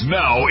now